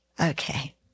Okay